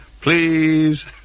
please